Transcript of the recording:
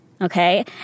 okay